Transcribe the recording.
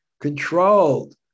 controlled